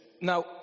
Now